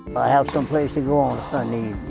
i have some place to go on a sunday.